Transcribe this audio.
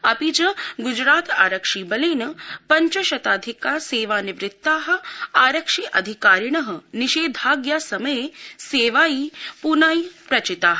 अपि च ग्जरात आरक्षिबलेन पञ्चशताधिक सेना निवृत्ता आरक्षि अधिकारिण निषेधाज्ञा समये सेवायै प्न प्रचिता